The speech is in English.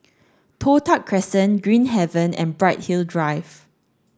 Toh Tuck Crescent Green Haven and Bright Hill Drive